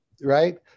Right